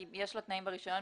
יש לו תנאים ברישיון,